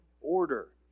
order